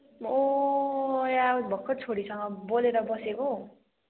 ओ यहाँ भर्खर छोरीसँग बोलेर बसेको हौ